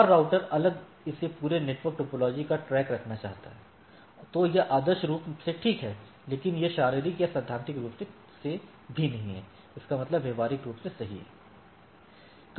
हर router अगर इसे पूरे नेटवर्क टोपोलॉजी का ट्रैक रखना चाहता है तो यह आदर्श रूप से ठीक है लेकिन यह शारीरिक या सैद्धांतिक रूप से भी नहीं है इसका मतलब व्यावहारिक रूप से सही है